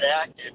active